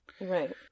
Right